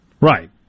Right